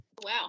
Wow